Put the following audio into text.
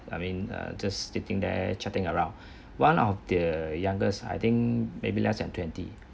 I mean uh just sitting there chatting around one of the youngest I think maybe less than twenty